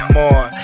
more